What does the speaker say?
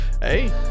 hey